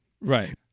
Right